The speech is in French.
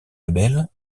label